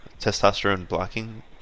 testosterone-blocking